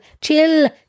chill